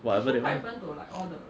whatever they want